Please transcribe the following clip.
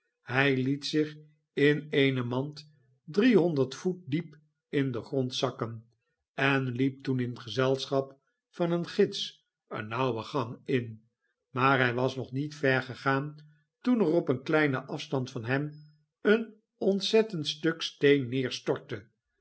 hij liet zich in eene mand drie honderd voet diep in den grond zakken en hep toen in gezelschap van een gids een nauwe gang in maar hij was nog niet ver gegaan toen er op een kleinen afstand van hem een ontzettend stuk steen